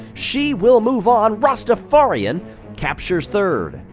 she will move on, rastafarian captures third.